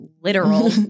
literal